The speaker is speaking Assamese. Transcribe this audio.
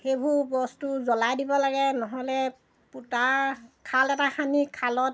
সেইবোৰ বস্তু জ্বলাই দিব লাগে নহ'লে পোঁতা খাল এটা খানি খালত